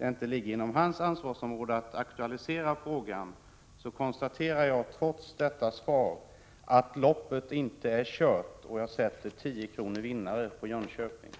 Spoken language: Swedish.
inte ligger inom hans ansvarsområde att aktualisera frågan, konstaterar jag att loppet inte är kört. Jag sätter 10 kr. vinnare på Jönköping.